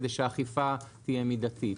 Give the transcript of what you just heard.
כדי שהאכיפה תהיה מידתית.